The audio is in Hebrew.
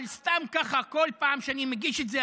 אבל סתם ככה כל פעם שאני מגיש את זה,